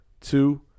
two